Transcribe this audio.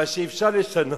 אבל שאפשר לשנות.